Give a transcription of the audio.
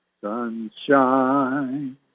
Sunshine